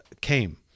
came